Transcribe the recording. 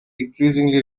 increasingly